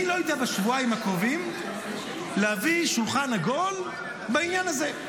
אני לא יודע בשבועיים הקרובים להביא שולחן עגול בעניין הזה.